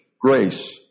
grace